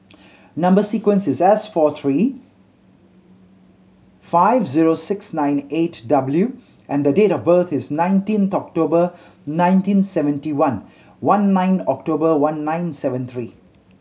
number sequence is S four three five zero six nine eight W and date of birth is nineteenth October nineteen seventy one one nine October one nine seven three